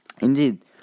Indeed